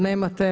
Nemate.